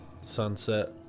sunset